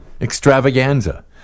extravaganza